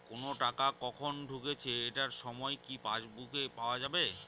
কোনো টাকা কখন ঢুকেছে এটার সময় কি পাসবুকে পাওয়া যাবে?